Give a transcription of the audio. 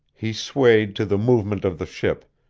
he swayed to the movement of the ship,